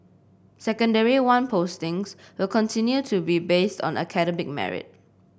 Secondary One postings will continue to be based on academic merit